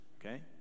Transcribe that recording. okay